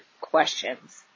questions